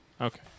Okay